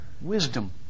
wisdom